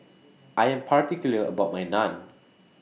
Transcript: I Am particular about My Naan